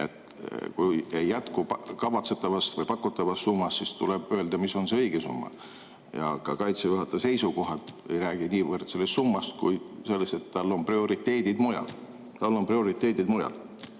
et kui ei jätku kavatsetavast või pakutavast summast, siis tuleb öelda, mis on õige summa. Kaitseväe juhataja seisukohad ei räägi niivõrd sellest summast, kuivõrd sellest, et tal on prioriteedid mujal. Tal on prioriteedid mujal.